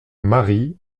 marie